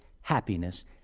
happiness